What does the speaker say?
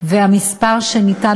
והמספר שניתן,